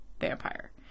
vampire